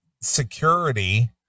security